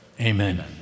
amen